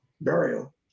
burial